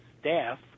staff